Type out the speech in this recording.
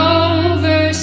over